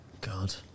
God